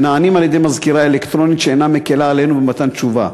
ונענים על-ידי מזכירה אלקטרונית שאינה מקלה עלינו במתן תשובה.